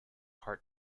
heart